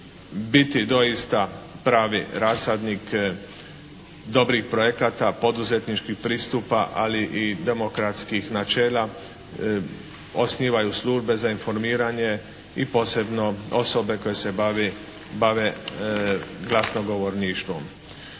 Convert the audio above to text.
biti doista pravi rasadnik dobrih projekata, poduzetničkih pristupa, ali i demokratskih načela osnivaju službe za informiranje i posebno osobe koje se bave glasnogovorništvom.